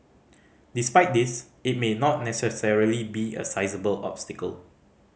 despite this it may not necessarily be a sizeable obstacle